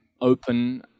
open